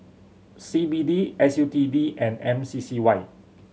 C B D S U T D and M C C Y